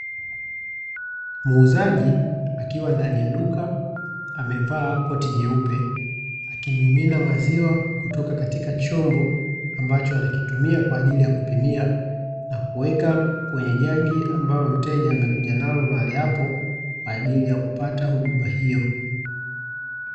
Muuzaji akiwa ndani ya duka amevaa koti jeupe, akimimina maziwa kutoka katika chombo ambacho anakitumia kwa ajili ya kupimia na kuweka kwenye jagi, ambalo mteja amekuja nalo mahali hapo kwa ajili ya kupata huduma hiyo.